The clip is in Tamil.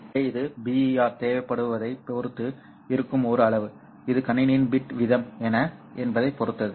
எனவே இது BER தேவைப்படுவதைப் பொறுத்து இருக்கும் ஒரு அளவு இது கணினியின் பிட் வீதம் என்ன என்பதைப் பொறுத்தது